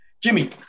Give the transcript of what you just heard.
Jimmy